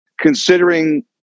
Considering